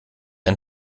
ein